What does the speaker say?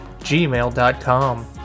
gmail.com